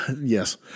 Yes